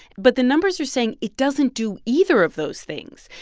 but the numbers are saying it doesn't do either of those things.